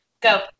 Go